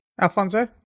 alfonso